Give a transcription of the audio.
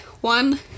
one